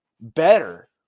better